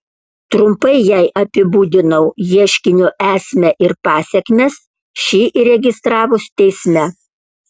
trumpai jai apibūdinau ieškinio esmę ir pasekmes šį įregistravus teisme